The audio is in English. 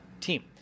team